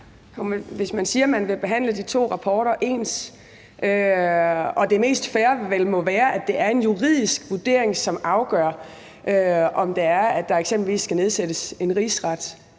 hvis man siger, at man vil behandle de to rapporter ens – og det mest fair må vel være, at det er en juridisk vurdering, som afgør, om der eksempelvis skal nedsættes en rigsret,